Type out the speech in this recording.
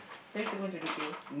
don't need to go into details